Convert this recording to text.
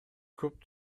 көп